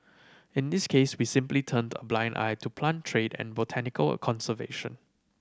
in this case we simply turned a blind eye to plant trade and botanical conservation